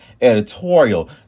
editorial